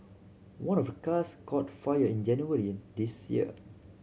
one of the cars caught fire in January this year